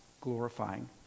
glorifying